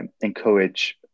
encourage